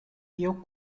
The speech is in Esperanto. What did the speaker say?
tio